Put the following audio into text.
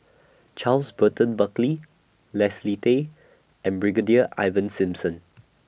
Charles Burton Buckley Leslie Tay and Brigadier Ivan Simson